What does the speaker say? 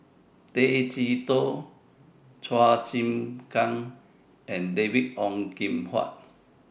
Tay Chee Toh Chua Chim Kang and David Ong Kim Huat